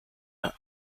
are